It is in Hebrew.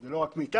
זה לא רק מאיתנו.